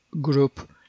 group